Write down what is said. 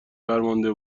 فرمانده